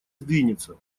сдвинется